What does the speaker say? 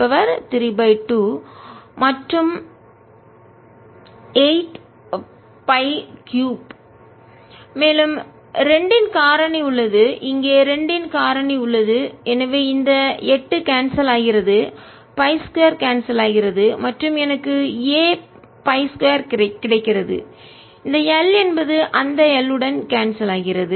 Azza2NIL2×8342L L242z232 2a2NILL242z232 மேலும் 2 இன் காரணி உள்ளது இங்கே 2 இன் காரணி உள்ளது எனவே இந்த 8 கான்செல் ஆகிறது π 2 கான்செல் ஆகிறது மற்றும் எனக்கு a π 2 கிடைக்கிறது இந்த L என்பது அந்த L உடன் கான்செல் ஆகிறது